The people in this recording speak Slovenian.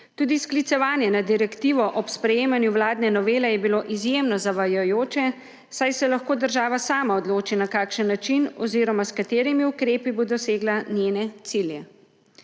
Tudi sklicevanje na direktivo ob sprejemanju vladne novele je bilo izjemno zavajajoče, saj se lahko država sama odloči, na kakšen način oziroma s katerimi ukrepi bo dosegla njene cilje.